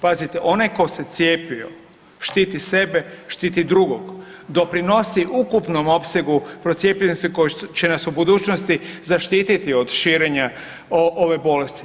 Pazite, onaj ko se cijepio štiti sebe, štiti drugog, doprinosi ukupnom opsegu procijepljenosti koja će nas u budućnosti zaštititi od širenja ove bolesti.